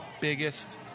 biggest